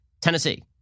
Tennessee